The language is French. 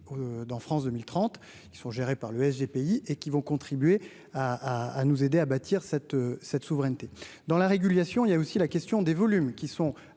dans France 2030 ils sont gérés par l'des pays et qui vont contribuer à à nous aider à bâtir cette cette souveraineté dans la régulation, il y a aussi la question des volumes qui sont